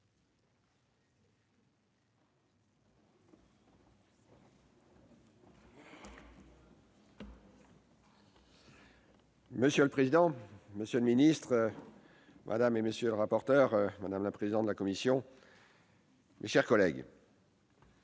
Monsieur le président, monsieur le ministre, madame, monsieur les rapporteurs, madame la présidente de la commission, mes chers collègues,